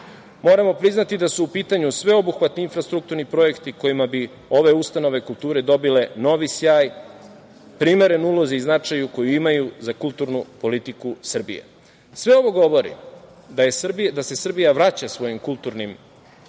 Moramo priznati da su u pitanju sveobuhvatni infrastrukturni objekti kojima bi ove ustanove kulture dobile novi sjaj, primereno ulozi i značaju koji imaju za kulturnu politiku Srbije. Sve ovo govori da se Srbija vraća svojim kulturnim